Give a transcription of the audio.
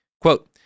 Quote